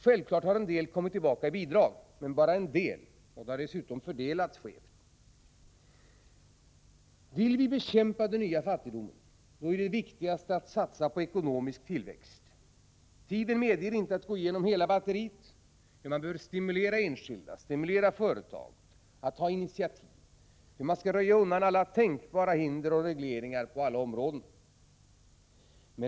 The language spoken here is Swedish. Självfallet har en del kommit tillbaka i bidrag, men bara en del, och dessa pengar har fördelats skevt. Vill vi bekämpa den nya fattigdomen, då är det viktigaste att satsa på ekonomisk tillväxt. Tiden medger inte att jag går igenom hela batteriet, men man bör stimulera enskilda och företag att ta initiativ, man skall röja undan alla tänkbara hinder och regleringar på alla områden.